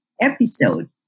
episode